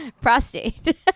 Prostate